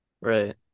right